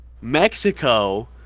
Mexico